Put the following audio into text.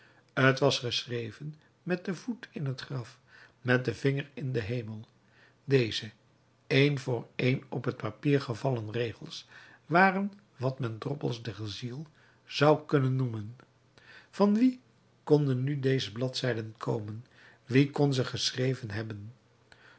t was geschreven met den voet in het graf met den vinger in den hemel deze een voor een op het papier gevallen regels waren wat men droppels der ziel zou kunnen noemen van wien konden nu deze bladzijden komen wie kon ze geschreven hebben